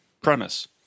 premise